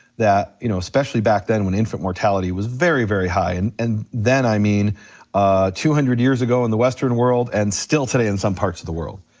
you know especially back then when infant mortality was very very high, and and then i mean two hundred years ago in the western world and still today in some parts of the world.